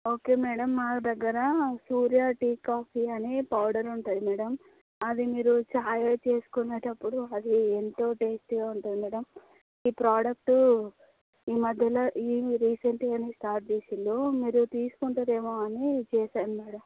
okay madam మా దగ్గర Surya tea coffee అనే పౌడర్ ఉంటుంది మేడం అది మీరు ఛాయ్ చేసుకునేటప్పుడు అది ఎంతో టేస్టీగా ఉంటుంది మేడం ఈ ప్రోడక్టు ఈ మధ్యలో ఈ రీసెంట్గానే స్టార్ట్ చేశారు మీరు తీసుకుంటారు ఏమో అని చేశాను మేడం